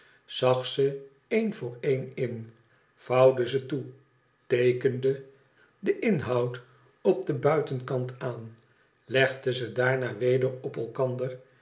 zag ze een voor een in vouwde ze toe teekende den inhoud op den buitenkant aan legde ze daarna weder op elkander